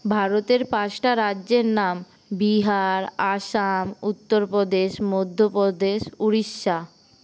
ভারতের পাঁচটা রাজ্যের নাম বিহার আসাম উত্তরপ্রদেশ মধ্যপ্রদেশ উড়িষ্যা